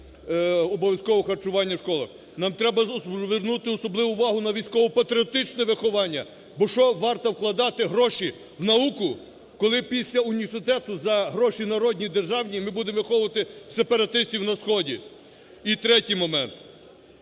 Нам треба звернути особливу увагу на військово-патріотичне виховання, бо в що варто вкладати гроші, в науку, коли після університету за гроші народні, державні ми будемо виховувати сепаратистів на сході. І третій момент.